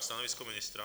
Stanovisko ministra?